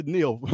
Neil